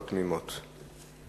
אין מתנגדים ואין נמנעים.